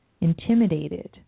intimidated